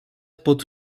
pod